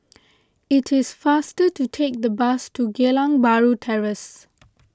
it is faster to take the bus to Geylang Bahru Terrace